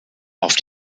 auf